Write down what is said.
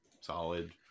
Solid